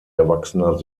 erwachsener